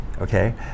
okay